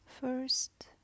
First